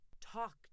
talk